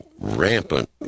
rampant